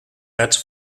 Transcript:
gats